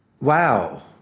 wow